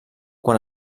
quan